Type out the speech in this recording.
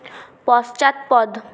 পশ্চাৎপদ